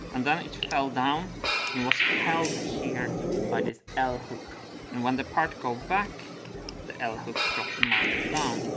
and then it fell down and was held here by this ah l-hook. and when the part go back the l-hook dropped the marble down.